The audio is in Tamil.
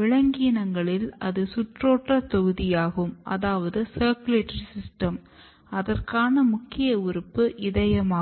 விலங்கினங்களில் அது சுற்றோட்ட தொகுதியாகும் அதற்கான முக்கிய உறுப்பு இதயம் ஆகும்